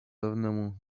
dawnemu